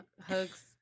Hugs